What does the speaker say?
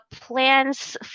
plans